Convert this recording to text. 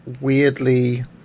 weirdly